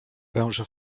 węże